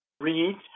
read